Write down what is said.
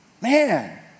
Man